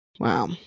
Wow